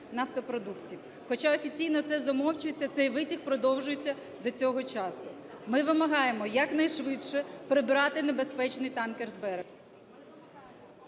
нафтопродуктів. Хоча офіційно це замовчується, цей витік продовжується до цього часу. Ми вимагаємо якнайшвидше прибрати небезпечний танкер з берега.